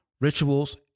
rituals